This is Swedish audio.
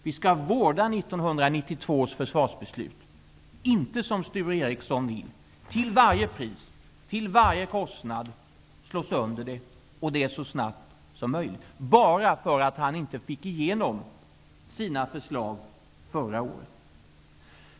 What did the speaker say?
Vi skall vårda 1992 års försvarsbeslut -- inte, som Sture Ericson vill, till varje pris, till varje kostnad slå sönder det och detta så snabbt som möjligt, bara för att han inte fick igenom sina förslag förra året.